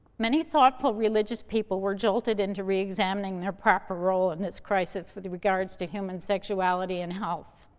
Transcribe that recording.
many thoughtful religious people were jolted into reexamining their proper role in this crisis, with regards to human sexuality and health.